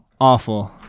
Awful